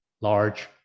large